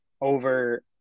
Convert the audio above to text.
over